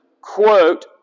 quote